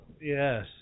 Yes